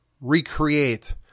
recreate